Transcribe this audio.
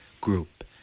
group